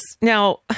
Now